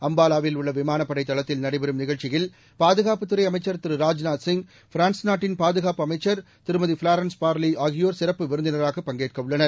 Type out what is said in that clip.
அம்பாலாவில் உள்ள விமானப்படை தளத்தில் நடைபெறும் நிகழ்ச்சியில் பாதகாப்புத்துறை அமைச்ச் திரு ராஜ்நாத்சிங் பிரான்ஸ் நாட்டின் பாதுகாப்பு அமைச்சர் திருமதி ஃப்லாரன்ஸ் பார்லி ஆகியோர் சிறப்பு விருந்தினராக பங்கேற்கவுள்ளனர்